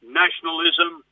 nationalism